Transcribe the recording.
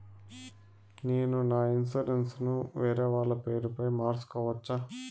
నేను నా ఇన్సూరెన్సు ను వేరేవాళ్ల పేరుపై మార్సుకోవచ్చా?